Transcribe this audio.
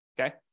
okay